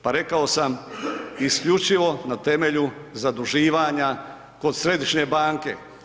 Pa rekao sam isključivo na temelju zaduživanja kod središnje banke.